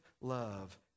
love